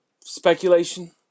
speculation